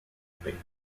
debated